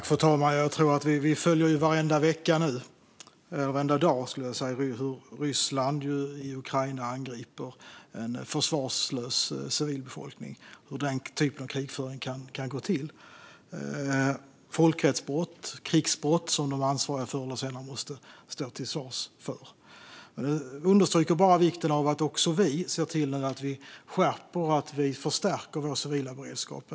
Fru talman! Vi följer varenda vecka och varenda dag hur Ryssland i Ukraina angriper en försvarslös civilbefolkning och hur den typen av krigföring kan gå till. Det är folkrättsbrott och krigsbrott som Ryssland är ansvarigt för och som landet förr eller senare måste stå till svars för. Det understryker vikten av att vi skärper och förstärker vår civila beredskap.